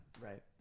right